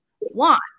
want